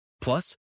Plus